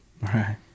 right